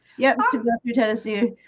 yep you tennessee